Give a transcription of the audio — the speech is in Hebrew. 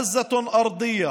רעידת אדמה,